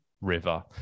river